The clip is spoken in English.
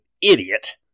idiot